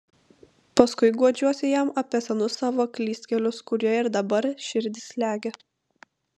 paskui guodžiuosi jam apie senus savo klystkelius kurie ir dabar širdį slegia